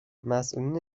مسئولین